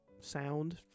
Sound